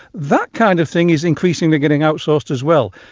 that kind of thing is increasingly getting outsourced as well.